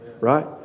Right